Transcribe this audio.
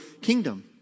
kingdom